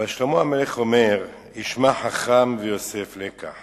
אבל שלמה המלך אומר: "ישמע חכם ויוסף לקח